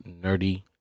nerdy